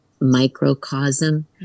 microcosm